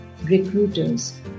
recruiters